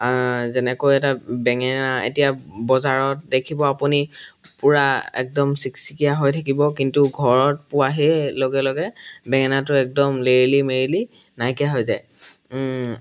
যেনেকৈ এটা বেঙেনা এতিয়া বজাৰত দেখিব আপুনি পুৰা একদম চিকচিকীয়া হৈ থাকিব কিন্তু ঘৰত পোৱা সেই লগে লগে বেঙেনাটো একদম লেৰেলি মেৰেলি নাইকীয়া হৈ যায়